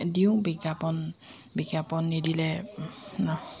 দিওঁ বিজ্ঞাপন বিজ্ঞাপন নিদিলে